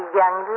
young